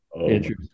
interesting